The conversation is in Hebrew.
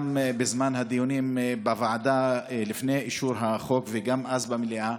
גם בזמן הדיונים בוועדה לפני אישור החוק וגם אז במליאה: